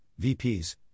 VPs